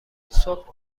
صبح